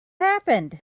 happened